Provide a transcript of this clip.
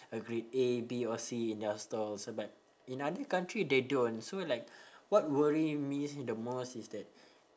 a grade A B or C in their stalls but in other country they don't so like what worry me the most is that